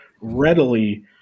readily